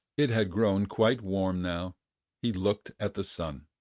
it had grown quite warm now he looked at the sun,